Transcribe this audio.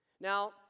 Now